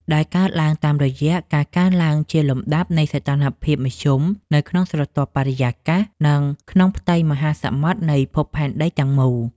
ដែលកើតឡើងតាមរយៈការកើនឡើងជាលំដាប់នៃសីតុណ្ហភាពមធ្យមនៅក្នុងស្រទាប់បរិយាកាស និងក្នុងផ្ទៃមហាសមុទ្រនៃភពផែនដីទាំងមូល។